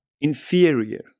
inferior